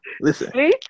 Listen